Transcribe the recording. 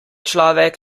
človek